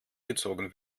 gezogen